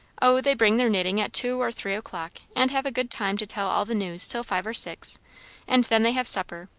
o, they bring their knitting at two or three o'clock and have a good time to tell all the news till five or six and then they have supper,